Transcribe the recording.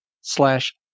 slash